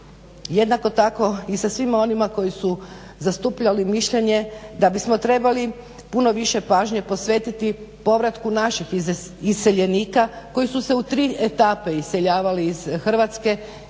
jednako tako i sa svima onima koji su zastupali mišljenje da bismo trebali puno više pažnje posvetiti povratku naših iseljenika koji su se u tri etape iseljavali iz Hrvatske.